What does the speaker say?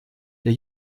der